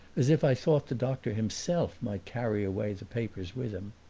as if i thought the doctor himself might carry away the papers with him.